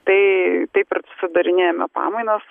tai taip ir sudarinėjame pamainas